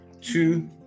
two